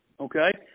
okay